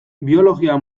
biologia